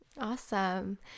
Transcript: awesome